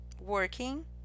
working